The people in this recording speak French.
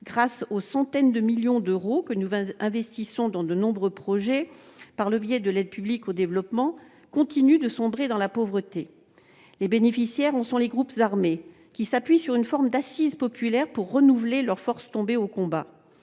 grâce aux centaines de millions d'euros que nous investissons dans de nombreux projets par le biais de l'aide publique au développement, continue de sombrer dans la pauvreté. Les bénéficiaires en sont les groupes armés, qui s'appuient sur une forme d'assise populaire pour renouveler leurs forces tombées au combat.